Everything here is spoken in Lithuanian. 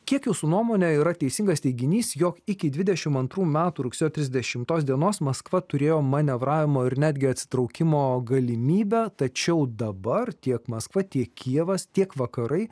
kiek jūsų nuomone yra teisingas teiginys jog iki dvidešimt antrų metų rugsėjo trisdešimtos dienos maskva turėjo manevravimo ir netgi atsitraukimo galimybę tačiau dabar tiek maskva tiek kijevas tiek vakarai